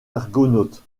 argonautes